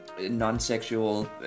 Non-sexual